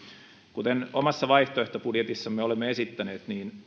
kuten omassa vaihtoehtobudjetissamme olemme esittäneet